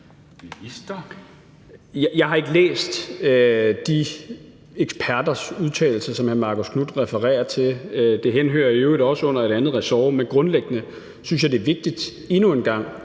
Jeg har ikke læst de eksperters udtalelser, som hr. Marcus Knuth refererer til. Det henhører i øvrigt også under et andet ressort, men grundlæggende synes jeg, det er vigtigt endnu en gang